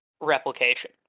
Replication